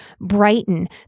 brighten